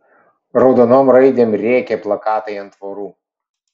raudonom raidėm rėkė plakatai ant tvorų